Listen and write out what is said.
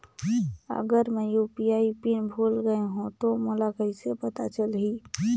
अगर मैं UPI PIN भुल गये हो तो मोला कइसे पता चलही?